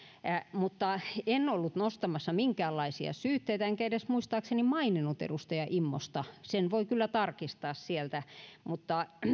mutta en ollut nostamassa minkäänlaisia syytteitä enkä edes muistaakseni maininnut edustaja immosta sen voi kyllä tarkistaa sieltä